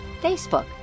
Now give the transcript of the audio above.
Facebook